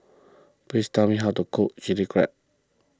please tell me how to cook Chilli Crab